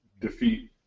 defeat